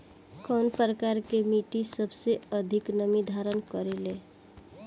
कउन प्रकार के मिट्टी सबसे अधिक नमी धारण करे ले?